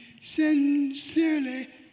sincerely